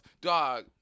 Dog